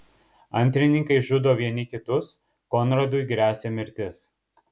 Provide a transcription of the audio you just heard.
antrininkai žudo vieni kitus konradui gresia mirtis